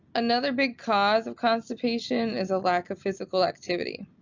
another big cause of constipation is lack of physical activity.